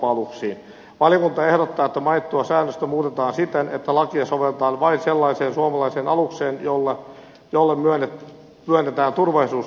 valiokunta ehdottaa että mainittua säännöstä muutetaan siten että lakia sovelletaan vain sellaiseen suomalaiseen alukseen jolle myönnetään turvallisuuskirjat